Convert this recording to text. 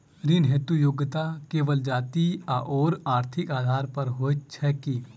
ऋण हेतु योग्यता केवल जाति आओर आर्थिक आधार पर होइत छैक की?